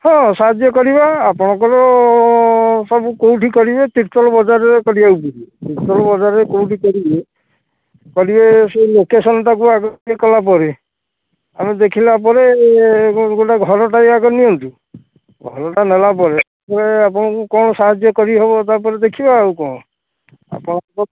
ହଁ ସାହାଯ୍ୟ କରିବା ଆପଣଙ୍କର ସବୁ କେଉଁଠି କରିବେ ତିର୍ତ୍ତୋଲ ବଜାରରେ କରିବାକୁ ପଡ଼ିବ ତିର୍ତ୍ତୋଲ ବଜାରରେ କେଉଁଠି କରିବେ କରିବେ ସେ ଲୋକେସନ୍ଟାକୁ ଆଗ ଇଏ କଲା ପରେ ଆମେ ଦେଖିଲା ପରେ ଗୋଟେ ଘରଟାଏ ଆଗ ନିଅନ୍ତୁ ଘରଟା ନେଲା ପରେ ତା'ପରେ ଆପଣଙ୍କୁ କ'ଣ ସାହାଯ୍ୟ କରି ହେବ ତା'ପରେ ଦେଖିବା ଆଉ କ'ଣ ଆପଣଙ୍କ